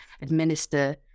administer